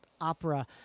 Opera